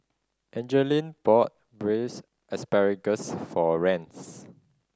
Angeline bought Braised Asparagus for Rance